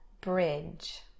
bridge